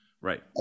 Right